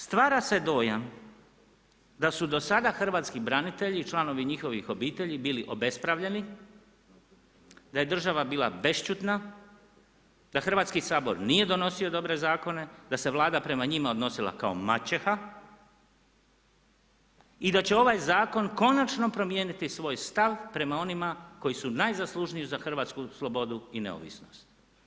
Stvara se dojam da su do sada hrvatski branitelji i članovi njihovih obitelji bili obespravljeni, da je država bila bešćutna, da Hrvatski sabor nije donosio dobre zakone, da se Vlada prema njima odnosila kao maćeha i da će ovaj zakon konačno promijeniti svoj stav prema onima koji su najzaslužniji za hrvatsku slobodu i neovisnost.